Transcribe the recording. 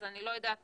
אז אני לא יודעת